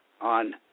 on